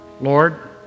Lord